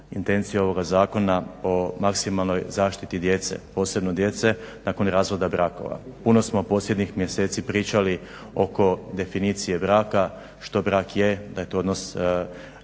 intenciju ovoga zakona o maksimalnoj zaštiti djece, posebno djece nakon razvoda brakova. Puno smo posljednjih mjeseci pričali oko definicije braka što brak je, da je to odnos